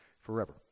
forever